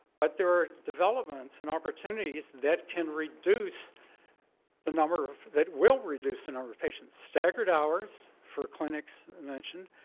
but there are developments and opportunities that can reduce the number of that will reduce the number of patients. staggered hours hours for clinics, i mentioned,